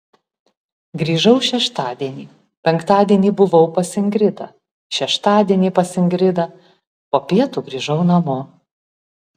grįžau šeštadienį penktadienį buvau pas ingridą šeštadienį pas ingridą po pietų grįžau namo